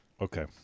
Okay